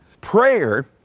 Prayer